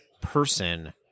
person